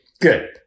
Good